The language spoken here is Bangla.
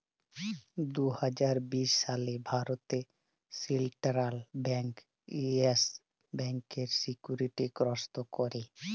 দু হাজার বিশ সালে ভারতে সেলট্রাল ব্যাংক ইয়েস ব্যাংকের সিকিউরিটি গ্রস্ত ক্যরে